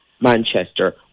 Manchester